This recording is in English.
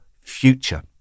future